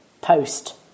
post